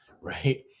right